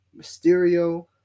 Mysterio